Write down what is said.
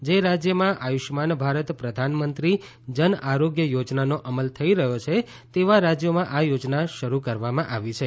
જે રાજ્યમાં આયુષ્યમાન ભારત પ્રધાનમંત્રી જન આરોગ્ય યોજનાનો અમલ થઈ રહ્યો છે તેવા રાજ્યોમાં આ યોજના શરૂ કરવામાં આવી છે